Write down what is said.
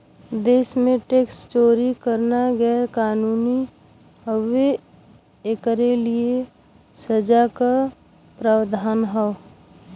देश में टैक्स चोरी करना गैर कानूनी हउवे, एकरे लिए सजा क प्रावधान हौ